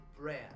brand